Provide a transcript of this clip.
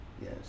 Yes